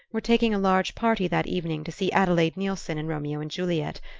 were taking a large party that evening to see adelaide neilson in romeo and juliet,